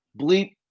bleep